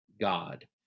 god